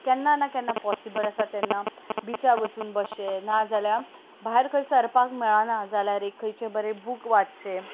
केन्ना ना केन्ना पोसिबल आसा तेन्ना बीचार वचून बसचें ना जाल्यार भायर खंय सरपाक मेळना जाल्यार एक खंयचें बरें बूक वाचचें